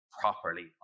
properly